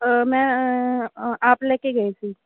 ਮੈਂ ਆਪ ਲੈ ਕੇ ਗਏ ਸੀ